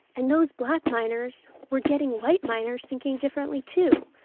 and those black miners were getting white miners thinking differently, too.